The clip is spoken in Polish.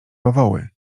bawoły